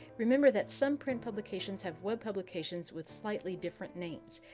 remember that some print publications have web publications with slightly different names.